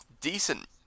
decent